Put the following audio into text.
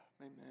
amen